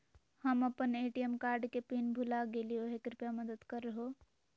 हम अप्पन ATM card के पिन भुला गेलिओ हे कृपया मदद कर हो